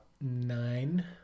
Nine